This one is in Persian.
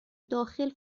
داخل